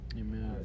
amen